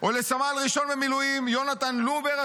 או לסמל ראשון במילואים יהונתן לובר,